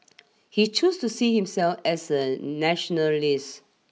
he choose to see himself as a nationalist